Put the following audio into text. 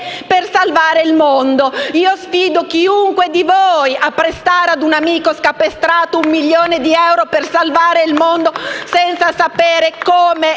per salvare il mondo. Sfido chiunque di voi a prestare a un amico scapestrato un milione di euro per salvare il mondo senza sapere come